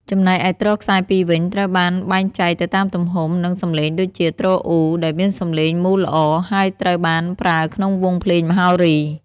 ចំណែកឯទ្រខ្សែពីរវិញ ត្រូវបានបែងចែកទៅតាមទំហំ និងសំឡេង ដូចជា ទ្រអ៊ូ ដែលមានសំឡេងមូលល្អ ហើយត្រូវបានប្រើក្នុងវង់ភ្លេងមហោរី។